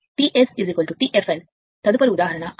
సరైనదికాబట్టి తదుపరి ఉదాహరణ 5